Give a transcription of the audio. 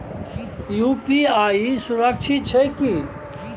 UPI सुरक्षित छै की?